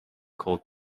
called